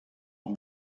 hor